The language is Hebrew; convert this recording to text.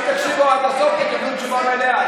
אם תקשיבו עד הסוף תקבלו תשובה מלאה.